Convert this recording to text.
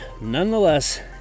nonetheless